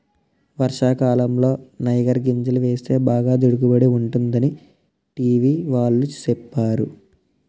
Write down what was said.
వర్షాకాలంలో నైగర్ గింజలు వేస్తే బాగా దిగుబడి ఉంటుందని టీ.వి వాళ్ళు సెప్పేరు